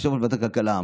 יושב-ראש ועדת הכלכלה,